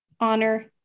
honor